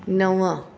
नव